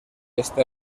este